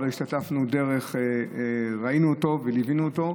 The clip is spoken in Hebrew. אבל ראינו אותו וליווינו אותו.